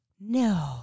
No